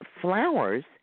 flowers